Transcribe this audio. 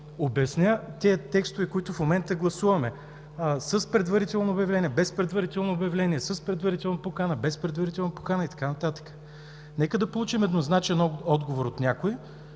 обясня тези текстове, които в момента гласуваме – с предварително обявление, без предварително обявление, с предварителна покана, без предварителна покана и така нататък. Нека да получим еднозначен отговор от някой